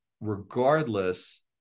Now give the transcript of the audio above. regardless